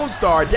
star